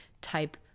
type